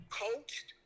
coached